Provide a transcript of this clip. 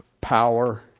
power